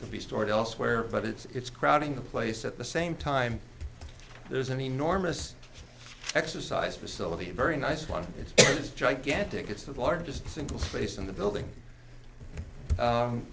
to be stored elsewhere but it's crowding the place at the same time there's an enormous exercise facility a very nice one it's just gigantic it's the largest single place in the building